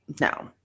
no